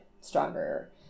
stronger